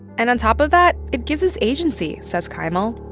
and on top of that, it gives us agency, says kaimal.